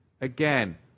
Again